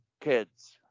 kids